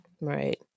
Right